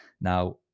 Now